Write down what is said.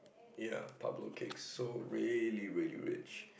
ya Pablo cakes so really really rich